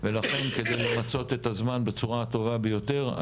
ולכן כדי למצות את הזמן בצורה הטובה ביותר,